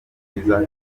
byiza